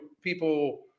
people